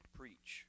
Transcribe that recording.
preach